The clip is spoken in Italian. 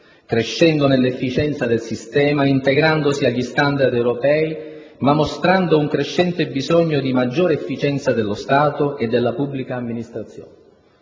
crescendo nell'efficienza del sistema, integrandosi agli *standard* europei, ma mostrando un crescente bisogno di maggiore efficienza dello Stato e della pubblica amministrazione.